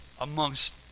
amongst